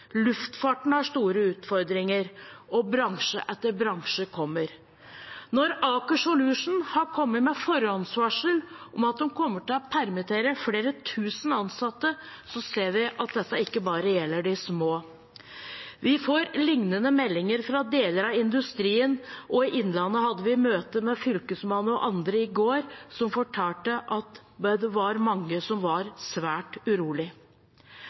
Luftfarten har store utfordringer, og bransje etter bransje kommer. Når Aker Solutions har kommet med forhåndsvarsel om at de kommer til å permittere flere tusen ansatte, så ser vi at dette ikke bare gjelder de små. Vi får lignende meldinger fra deler av industrien, og i Innlandet hadde vi møte med Fylkesmannen og andre i går, som fortalte at det var mange som var svært